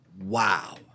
Wow